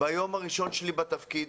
ביום הראשון שלי בתפקיד